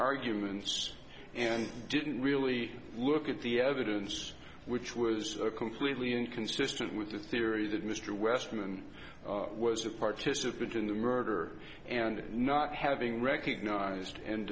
arguments and didn't really look at the evidence which was a completely inconsistent with the theory that mr westermann was a participant in the murder and not having recognized and